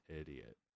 idiot